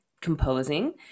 composing